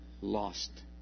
lost